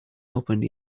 opened